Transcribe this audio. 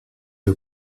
who